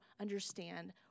understand